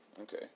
okay